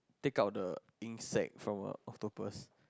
take out the ink sack on a octopus